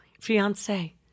fiance